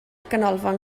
ganolfan